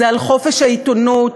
זה על חופש העיתונות